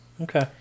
okay